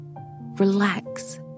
Relax